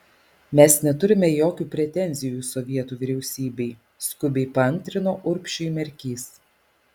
mes neturime jokių pretenzijų sovietų vyriausybei skubiai paantrino urbšiui merkys